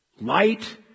light